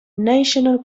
national